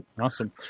awesome